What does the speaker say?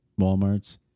Walmarts